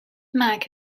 mack